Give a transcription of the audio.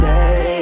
Day